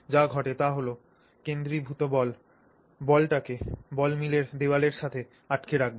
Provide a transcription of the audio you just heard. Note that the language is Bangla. যা ঘটে তা হল কেন্দ্রীভূত বল বলটিকে বলমিলের দেয়ালের সাথে আটকে রাখবে